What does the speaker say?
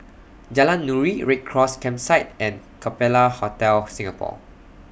Jalan Nuri Red Cross Campsite and Capella Hotel Singapore